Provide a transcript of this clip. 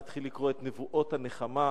נתחיל לקרוא את נבואות הנחמה,